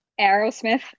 Aerosmith